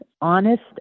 honest